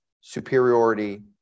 superiority